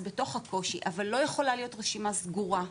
אז בתוך הקושי אבל לא יכולה להיות רשימה סגורה,